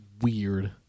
weird